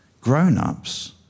Grown-ups